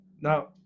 Now